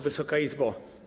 Wysoka Izbo!